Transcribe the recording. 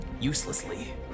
uselessly